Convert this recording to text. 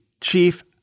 chief